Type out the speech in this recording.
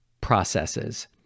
processes